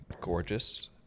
gorgeous